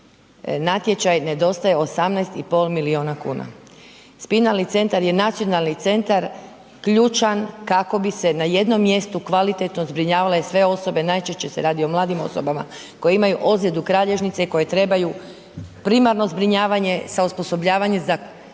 natječaj nedostaje 18,5 milijuna kuna. Spinalni centar je nacionalni centar ključan kako bi se na jednom mjestu kvalitetno zbrinjavale sve osobe, najčešće se radi o mladim osobama koje imaju ozljedu kralješnice i koje trebaju primarno zbrinjavanje sa osposobljavanje za